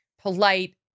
polite